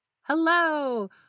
Hello